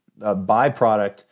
byproduct